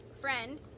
Friend